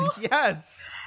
Yes